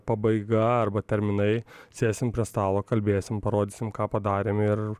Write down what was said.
pabaiga arba terminai sėsim prie stalo kalbėsim parodysim ką padarėm ir